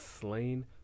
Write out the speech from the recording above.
slain